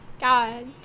God